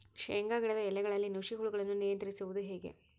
ಶೇಂಗಾ ಗಿಡದ ಎಲೆಗಳಲ್ಲಿ ನುಷಿ ಹುಳುಗಳನ್ನು ನಿಯಂತ್ರಿಸುವುದು ಹೇಗೆ?